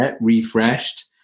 refreshed